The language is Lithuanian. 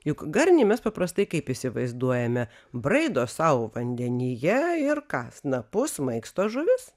juk garnį mes paprastai kaip įsivaizduojame braido sau vandenyje ir ką snapu smagsto žuvis